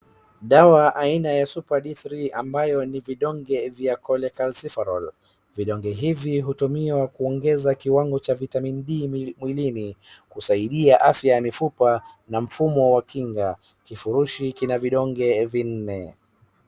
Dawa aina ya SUPERD3 ambayo ni vidonge vya Cholecalciferol .Vidonge hivi hutumiwa kuongeza kiwango cha Vitamin D mwilini, husaidia afya ya mifupa na mfumo wa kinga. Kifurushi kina vidonge vinne.